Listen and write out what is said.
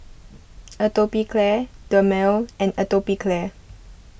Atopiclair Dermale and Atopiclair